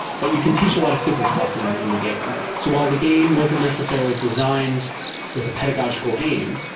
but you can teach a lot of physics lessons in the game. and so while the game wasn't necessarily designed with a pedagogical aim,